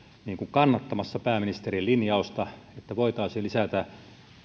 kannattamassa pääministerin linjausta että voitaisiin lisätä